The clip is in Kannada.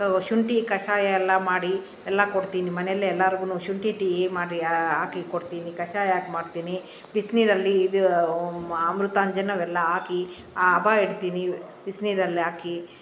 ಶುಂಠಿ ಕಷಾಯ ಎಲ್ಲ ಮಾಡಿ ಎಲ್ಲ ಕೊಡ್ತೀನಿ ಮನೆಯಲ್ಲೆ ಎಲ್ಲಾರ್ಗೂ ಶುಂಠಿ ಟೀ ಮಾಡಿ ಹಾಕಿ ಕೊಡ್ತೀನಿ ಕಷಾಯ ಹಾಕಿ ಮಾಡ್ತೀನಿ ಬಿಸಿನೀರಲ್ಲಿ ಇದು ಅಮೃತಾಂಜನ್ ಅವೆಲ್ಲ ಹಾಕಿ ಹಬೆ ಇಡ್ತೀನಿ ಬಿಸಿನೀರಲ್ಲಾಕಿ